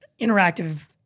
interactive